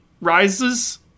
Rises